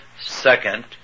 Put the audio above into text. Second